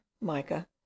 mica